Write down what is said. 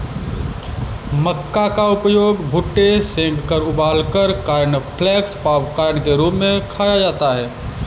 मक्का का उपयोग भुट्टे सेंककर उबालकर कॉर्नफलेक्स पॉपकार्न के रूप में खाया जाता है